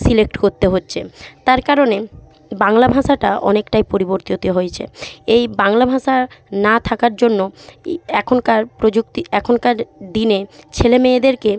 select করতে হচ্ছে তার কারণে বাংলা ভাষাটা অনেকটাই পরিবর্তিত হয়েছে এই বাংলা ভাষা না থাকার জন্য এখনকার প্রযুক্তি এখনকার দিনে ছেলে মেয়েদেরকে